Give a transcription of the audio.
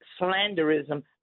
slanderism